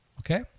Okay